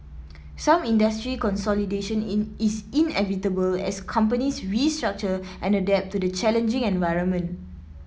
some industry consolidation is inevitable as companies restructure and adapt to the challenging environment